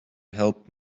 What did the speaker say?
help